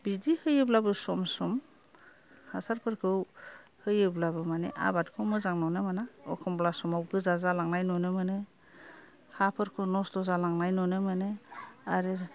बिदि होयोब्लाबो सम सम हासारफोरखौ होयोब्लाबो मानि आबादखौ मोजां नुनो मोना एखमब्ला समाव गोजा जालांनाय नुनो मोनो हाफोरखौ नस्थ' जालांनाय नुनो मोनो आरो